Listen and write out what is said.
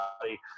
body